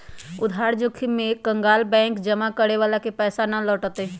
उधार जोखिम में एक कंकगाल बैंक जमा करे वाला के पैसा ना लौटय तय